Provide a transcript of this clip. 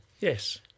Yes